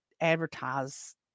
advertise